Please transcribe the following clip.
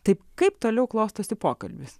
taip kaip toliau klostosi pokalbis